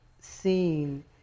seen